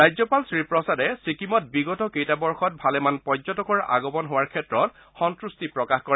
ৰাজ্যপাল শ্ৰীপ্ৰসাদে ছিকিমত বিগত কেইটা বৰ্ষত ভালেমান পৰ্যটকৰ আগমন হোৱাৰ ক্ষেত্ৰত সন্ত্ৰষ্টি প্ৰকাশ কৰে